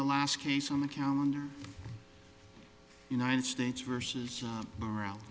the last case on the calendar united states versus around